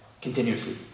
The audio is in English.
continuously